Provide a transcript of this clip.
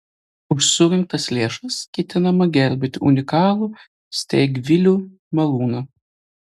už surinktas lėšas ketinama gelbėti unikalų steigvilių malūną